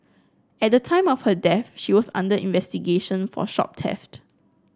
at the time of her death she was under investigation for shop theft